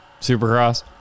supercross